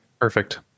Perfect